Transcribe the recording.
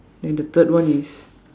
then the third one is